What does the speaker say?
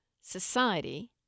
society